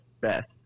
best